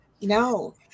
no